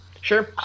Sure